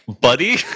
Buddy